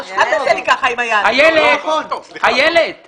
אבגול היא חברה ציבורית שמוכרת ב-1.7 מיליארד שקלים לכל העולם.